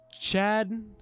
Chad